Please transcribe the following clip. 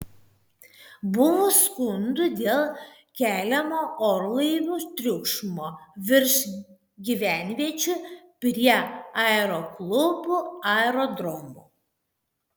buvo skundų dėl keliamo orlaivių triukšmo virš gyvenviečių prie aeroklubų aerodromų